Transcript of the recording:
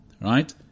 right